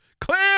Clear